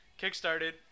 Kickstarted